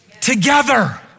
together